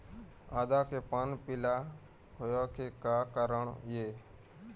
आदा के पान पिला होय के का कारण ये?